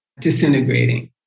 disintegrating